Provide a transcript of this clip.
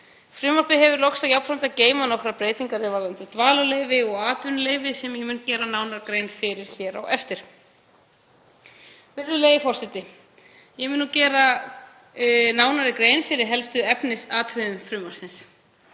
Frumvarpið hefur loks jafnframt að geyma nokkrar breytingar er varða dvalarleyfi og atvinnuleyfi sem ég mun gera nánar grein fyrir hér á eftir. Virðulegi forseti. Ég mun nú gera nánari grein fyrir helstu efnisatriðum frumvarpsins.